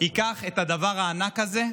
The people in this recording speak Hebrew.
ייקח את הדבר הענק הזה.